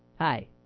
Hi